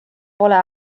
pole